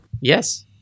Yes